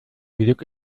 glück